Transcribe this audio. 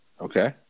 Okay